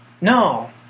No